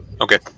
Okay